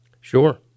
Sure